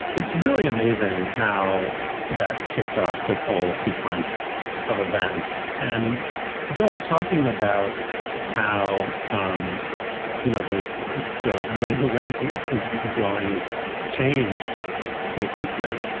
it's really amazing how that kicked off this whole sequence of events. and joel, talking about how, um you know, the the way the wind is blowing has changed so quickly.